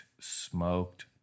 smoked